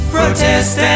Protest